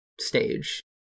stage